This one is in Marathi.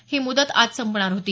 ही मुदत आज संपणार होती